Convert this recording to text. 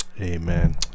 amen